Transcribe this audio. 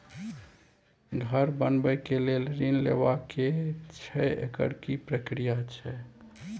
घर बनबै के लेल ऋण लेबा के छै एकर की प्रक्रिया छै?